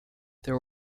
there